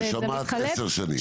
ששמעת עשר שנים.